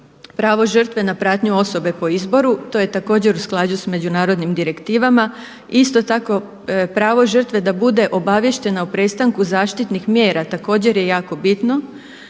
pravo žrtve na pratnju osobe po izboru. To je također u skladu sa međunarodnim direktivama. Isto tako pravo žrtve da bude obaviještena o prestanku zaštitnih mjera također je jako bitno,